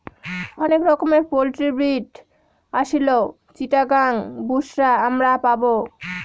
অনেক রকমের poultry breed Aseel, Chittagong, বুশরা আমরা পাবো